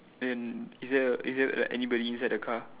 and is there is there like anybody inside the car